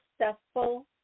successful